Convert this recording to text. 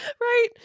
right